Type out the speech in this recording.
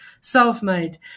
self-made